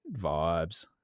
vibes